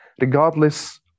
regardless